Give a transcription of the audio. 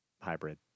hybrid